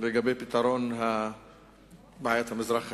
לגבי פתרון בעיית המזרח התיכון,